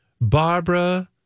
Barbara